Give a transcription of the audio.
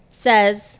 says